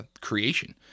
creation